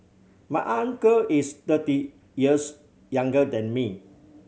my uncle is thirty years younger than me